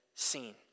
Seen